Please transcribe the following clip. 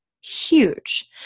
huge